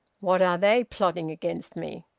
what are they plotting against me?